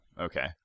okay